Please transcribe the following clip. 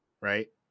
right